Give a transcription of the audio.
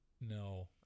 No